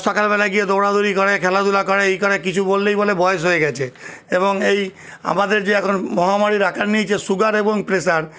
সকালবেলা গিয়ে দৌড়া দৌড়ি করে খেলাধুলা করে এই করে কিছু বললেই বলে বয়স হয়ে গেছে এবং এই আমাদের যে এখন মহামারীর আকার নিয়েছে সুগার এবং প্রেসার